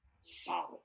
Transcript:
solid